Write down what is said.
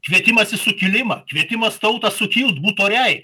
kvietimas į sukilimą kvietimas tautą sukilt būt oriai